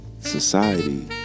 Society